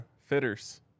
Fitters